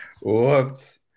Whoops